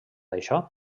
això